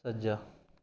ਸੱਜਾ